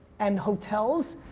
and hotels,